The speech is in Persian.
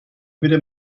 میره